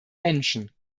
menschen